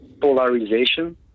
polarization